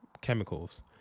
chemicals